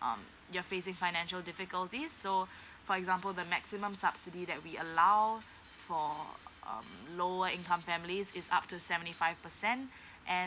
um you're facing financial difficulties so for example the maximum subsidy that we allow for um lower income families is up to seventy five percent and